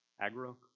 Agro